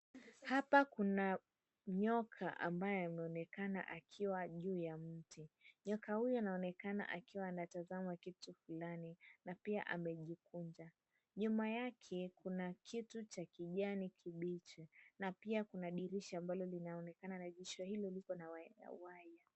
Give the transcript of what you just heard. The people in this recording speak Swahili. Hapa kuna nyoka ambaye ameonekana akiwa juu ya mti. Nyoka huyo anaonekana akiwa anatazama kitu fulani, na pia amejikunja. Nyuma yake, kuna kitu cha kijani kibichi. Na pia kuna dirisha ambalo linaonekana, na dirisha hilo liko na waya.